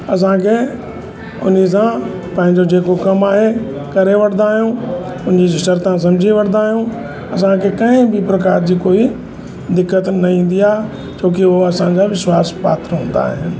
असांखे उन सां पंहिंजो जेको कमु आहे करे वठंदा आहियूं उन जी शर्तां सम्झी वठंदा आहियूं असांखे कंहिं बि प्रकार जी कोई दिक़त न ईंदी आहे छोकी उहो असांजा विश्वासपात्र हूंदा आहिनि